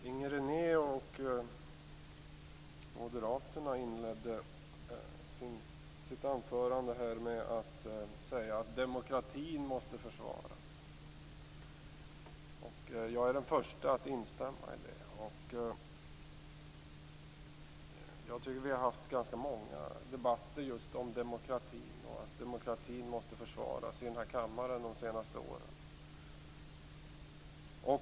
Fru talman! Inger René, Moderaterna, inledde sitt anförande med att säga att demokratin måste försvaras. Jag är den förste att instämma i det. Jag tycker att vi har haft ganska många debatter om just demokratin och att demokratin måste försvaras i den här kammaren de senaste åren.